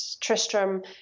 Tristram